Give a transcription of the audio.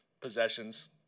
possessions